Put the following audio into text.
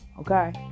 okay